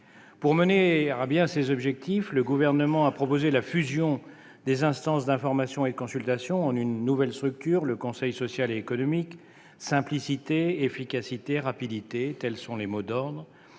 Pour atteindre ces objectifs, le Gouvernement a proposé la fusion des instances d'information et de consultation en une nouvelle structure, le conseil social et économique. Simplicité, efficacité, rapidité : tels sont les mots d'ordre.